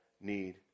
need